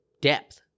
depth